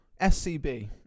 SCB